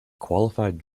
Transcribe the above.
qualified